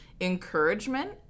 Encouragement